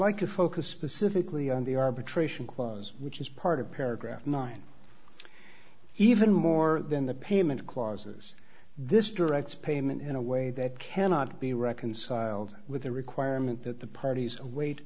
like to focus specifically on the arbitration clause which is part of paragraph mine even more than the payment clauses this directs payment in a way that cannot be reconciled with the requirement that the parties